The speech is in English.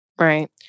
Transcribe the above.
Right